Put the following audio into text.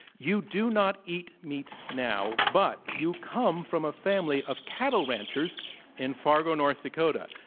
you do not eat meat now, but you come from a family of cattle ranchers in fargo, north dakota.